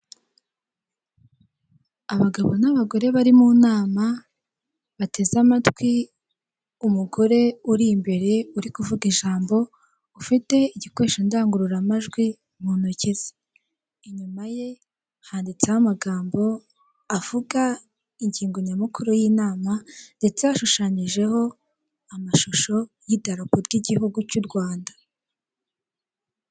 Abagabo n'abagore bari mu nama, bateze amatwi umugore uri imbere uri kuvuga ijambo, ufite igikoresho cy'indangururamajwi mu ntoki ze, inyuma ye handitseho amagambo avuga ingingo nyamukuru y'inama, ndetse ashushanyijeho amashusho y'idabopo ry'igihugu cy'u Rwanda.